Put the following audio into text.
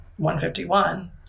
151